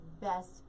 best